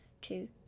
two